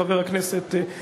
חבר הכנסת ליצמן,